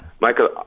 Michael